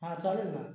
हां चालेल ना